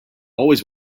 always